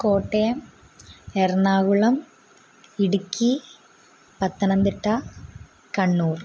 Kottayam Ernakulam Idukki Pathanamthitta Kannur